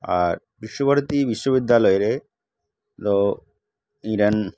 ᱟᱨ ᱵᱤᱥᱥᱚ ᱵᱷᱟᱨᱚᱛᱤ ᱵᱤᱥᱥᱚ ᱵᱤᱫᱽᱫᱟᱞᱚᱭ ᱨᱮ ᱫᱚ ᱤᱧᱨᱮᱱ